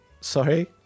Sorry